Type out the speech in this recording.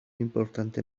importante